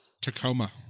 Tacoma